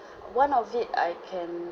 one of it I can